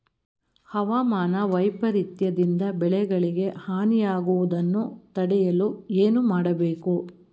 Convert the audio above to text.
ಹವಾಮಾನ ವೈಪರಿತ್ಯ ದಿಂದ ಬೆಳೆಗಳಿಗೆ ಹಾನಿ ಯಾಗುವುದನ್ನು ತಡೆಯಲು ಏನು ಮಾಡಬೇಕು?